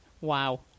Wow